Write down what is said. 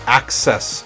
access